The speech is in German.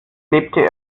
lebte